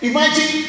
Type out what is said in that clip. Imagine